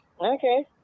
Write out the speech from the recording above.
Okay